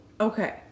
Okay